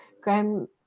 grand